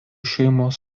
šeimos